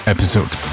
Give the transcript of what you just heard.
Episode